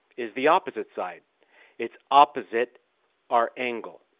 is the opposite side it's opposite our angle